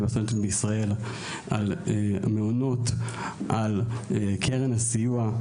והסטודנטיות בישראל; על המעונות; על קרן הסיוע,